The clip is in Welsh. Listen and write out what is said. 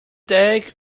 deg